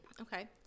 Okay